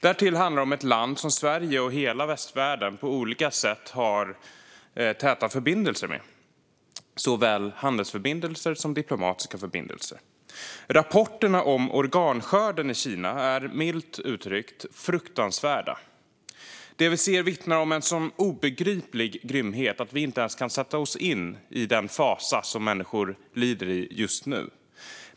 Därtill handlar det om ett land som Sverige och hela västvärlden på olika sätt har täta förbindelser med, såväl handelsförbindelser som diplomatiska förbindelser. Rapporterna om organskörden i Kina är milt uttryckt fruktansvärda. Det vi ser vittnar om en så obegriplig grymhet att vi inte ens kan sätta oss in i den fasa som människor lider i just nu.